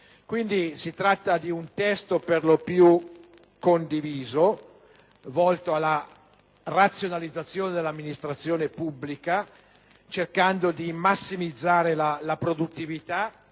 quindi di un testo per lo più condiviso, volto alla razionalizzazione dell'amministrazione pubblica cercando di massimizzarne la produttività,